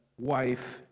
wife